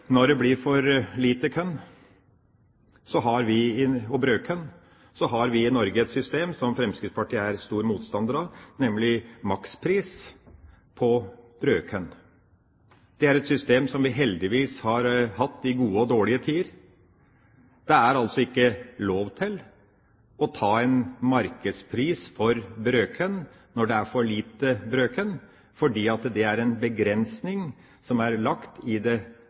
Når det blir for lite korn – brødkorn – har vi i Norge et system som Fremskrittspartiet er stor motstander av, nemlig makspris på brødkorn. Det er et system som vi heldigvis har hatt i gode og dårlige tider. Det er altså ikke lov til å ta markedspris for brødkorn når det er for lite brødkorn. Det er en begrensning som er lagt i det